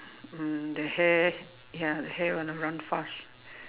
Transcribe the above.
um the hare ya the hare gonna run fast